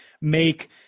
make